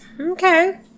Okay